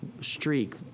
streak